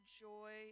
joy